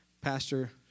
Pastor